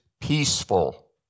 peaceful